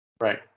Right